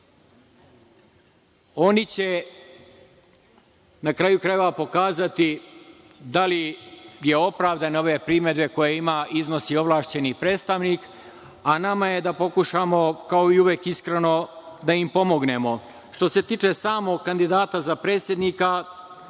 oni će na kraju krajeva pokazati da li su opravdane ove primedbe koje iznosi ovlašćeni predstavnik, a na nama je da pokušamo, kao i uvek iskreno, da ima pomognemo. Što se tiče samog kandidata za predsednika,